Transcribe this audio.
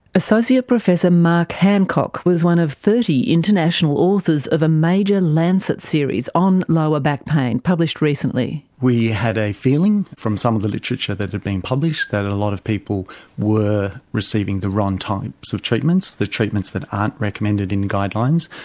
associate professor mark hancock was one of thirty international authors of a major lancet series on lower back pain published recently. we had a feeling from some of the literature that had been published that a lot of people were receiving the wrong types of treatments, the treatments that aren't recommended in guidelines,